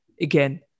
again